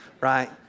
right